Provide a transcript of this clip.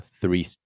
three